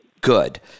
Good